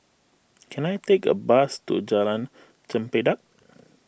can I take a bus to Jalan Chempedak